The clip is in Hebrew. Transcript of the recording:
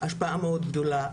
השפעה מאוד גדולה.